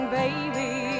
baby